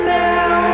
now